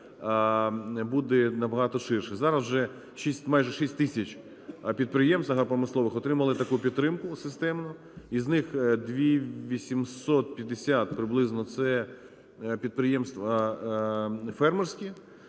буде набагато ширше. Зараз вже майже 6 тисяч підприємств агропромислових отримали таку підтримку системну. Із них 2 850, приблизно, це підприємства фермерські.